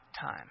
time